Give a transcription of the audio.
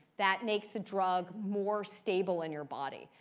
that makes the drug more stable in your body.